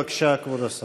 בבקשה, כבוד השר.